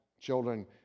children